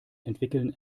entwickeln